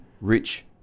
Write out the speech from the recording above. rich